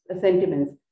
sentiments